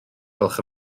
gwelwch